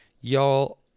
Y'all